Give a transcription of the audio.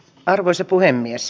arvoisa puhemies